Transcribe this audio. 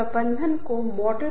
दूसरा प्रकार है टास्क ग्रुप